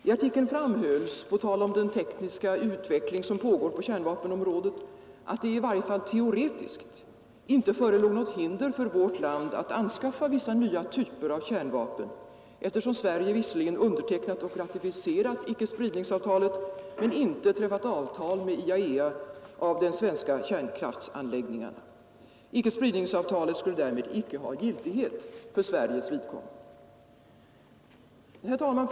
I artikeln framhölls, på tal om den tekniska utveckling som pågår på kärnvapenområdet, att det i varje fall teoretiskt inte förelåg något hinder för vårt land att anskaffa vissa nya typer av kärnvapen, eftersom Sverige visserligen undertecknat och ratificerat icke-spridningsavtalet men inte träffat avtal med IAEA om de svenska kärnenergianläggningarna. Icke-spridningsavtalet skulle därmed icke ha giltighet för Sveriges vidkommande. Herr talman!